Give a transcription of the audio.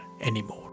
anymore